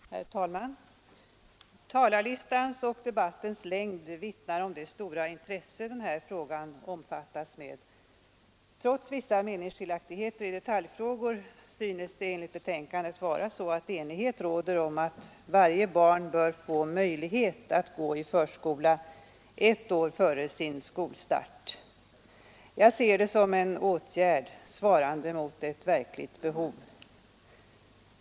Herr talman! Talarlistans och debattens längd vittnar om det stora intresse denna fråga omfattas med. Trots vissa meningsskiljaktigheter i detaljfrågor synes det enligt betänkandet vara så att enighet råder om att varje barn bör få möjlighet att gå i förskola ett år före sin skolstart. Jag ser det som en åtgärd svarande mot ett verkligt behov.